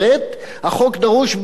החוק דרוש בדחיפות